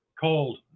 Cold